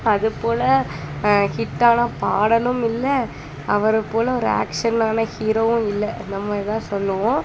அதுபோல் ஹிட்டான பாடலும் இல்லை அவர் போல் ஒரு ஆக்ஷனான ஹீரோவும் இல்லை அந்த மாதிரி தான் சொல்லுவோம்